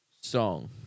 song